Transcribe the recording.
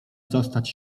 zostać